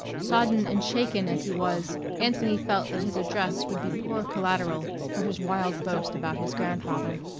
sodden and shaken as he was, anthony felt that his address would be poor collateral for his wild boast about his grandfather.